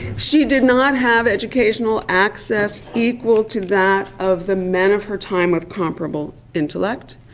she did not have educational access equal to that of the men of her time with comparable intellect.